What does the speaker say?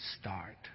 start